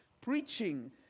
Preaching